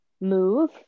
move